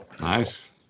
nice